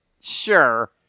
Sure